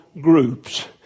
groups